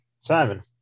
Simon